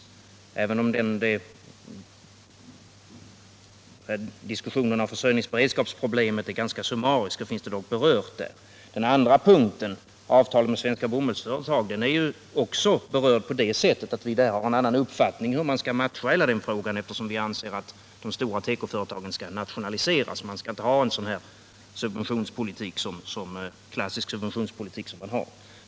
Även om diskussionen av försörjningsberedskapsproblemet är ganska summarisk är det dock berört i motionen. Den andra punkten, som gäller avtal med svenska bomullsföretag, har också berörts. Vi har en annan uppfattning om hur man skall matcha hela den frågan. Vi anser att de stora tekoföretagen skall nationaliseras; man skall inte driva en klassisk subventionspolitik, som man gör.